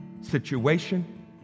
situation